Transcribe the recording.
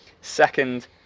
Second